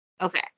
Okay